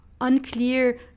unclear